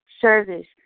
service